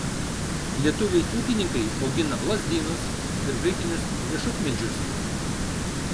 lietuviai ūkininkai augina lazdynus ir graikinius riešutmedžius